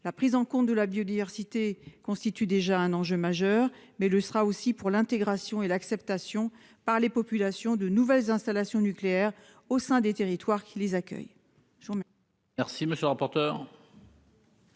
La prise en compte de la biodiversité constitue déjà un enjeu majeur. Elle le sera aussi pour l'intégration et l'acceptation par les populations de nouvelles installations nucléaires, au sein des territoires qui les accueillent.